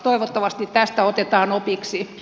toivottavasti tästä otetaan opiksi